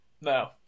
No